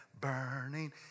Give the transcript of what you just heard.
burning